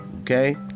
Okay